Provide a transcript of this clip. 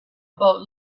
about